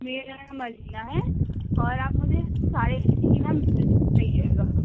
میرا نام علینہ ہے اور آپ مجھے ساڑھے مل جائیے گا